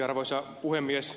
arvoisa puhemies